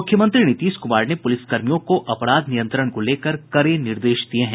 मुख्यमंत्री नीतीश कुमार ने पुलिसकर्मियों को अपराध नियंत्रण को लेकर कड़े निर्देश दिये हैं